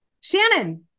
Shannon